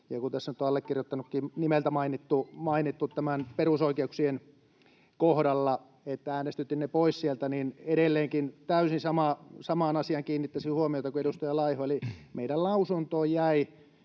Kun tässä nyt on allekirjoittanutkin nimeltä mainittu näiden perusoikeuksien kohdalla, että äänestytin ne pois sieltä, niin edelleenkin täysin samaan asiaan kiinnittäisin huomiota kuin edustaja Laiho, eli meidän lausuntoon jäi